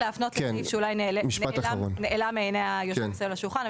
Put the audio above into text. אני אשמח להפנות לסעיף שאולי נעלם מעיניי היושבים מסביב לשולחן.